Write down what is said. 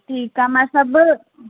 ठीकु आहे मां सभु